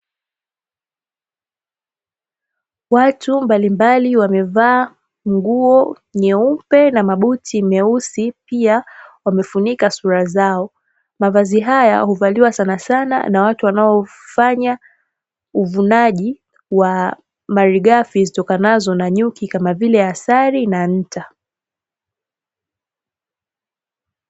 Watu mbalimbali wamevaa nguo nyeupe na mabuti meusi, pia wamefunika sura zao. Mavazi haya huvaliwa sana sana na watu wanaofanya uvunaji wa malighafi zitokanazo na nyuki kama vile asali na nta.